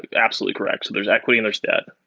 absolutely correct. there's equity and there's debt.